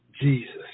Jesus